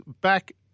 back